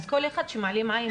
אז כל אחד שמעלים עין,